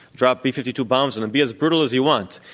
drop b fifty two bombs on them be as brutal as you want.